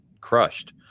crushed